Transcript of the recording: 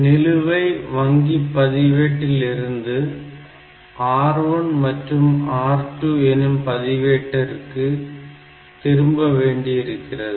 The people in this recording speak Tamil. நிலுவை வங்கிப் பதிவேட்டிலிருந்து R1 மற்றும் R2 எனும் பதிவேட்டிற்கு திரும்ப வேண்டியிருக்கிறது